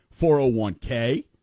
401k